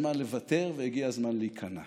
לך שהגיע הזמן לוותר ושהגיע הזמן להיכנע.